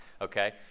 okay